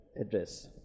address